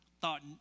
thought